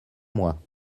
moi